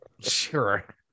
Sure